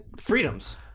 Freedoms